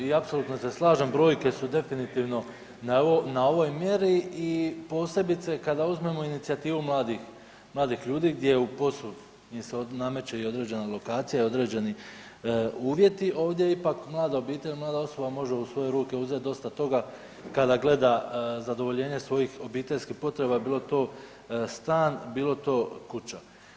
I apsolutno se slažem brojke su definitivno na ovoj mjeri i posebice kada uzmemo inicijativu mladih ljudi, gdje u POS-u im se nameće i određena lokacija određeni uvjeti, ovdje ipak mlada obitelj, mlada osoba može u svoje ruke uzeti dosta toga, kada gleda zadovoljenje svojih obiteljskih potreba, bilo to stan, bilo to kuća.